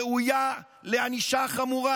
ראויה לענישה חמורה.